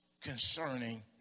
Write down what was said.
concerning